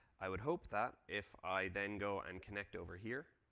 i would hope that if i then go and connect over here,